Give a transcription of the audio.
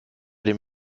den